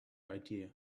idea